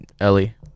ellie